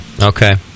Okay